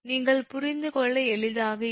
நீங்கள் புரிந்து கொள்ள எளிதாக இருக்கும்